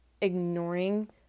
ignoring